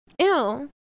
Ew